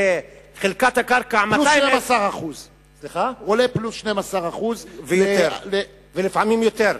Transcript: חלקת הקרקע, עולה פלוס 12%. ולפעמים יותר.